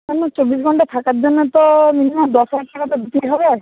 চব্বিশ ঘন্টা থাকার জন্য তো মিনিমাম দশ হাজার টাকা তো দিতেই হবে